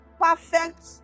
perfect